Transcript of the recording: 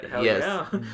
yes